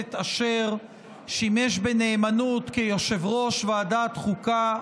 הכנסת אשר שימש בנאמנות כיושב-ראש ועדת החוקה,